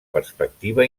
perspectiva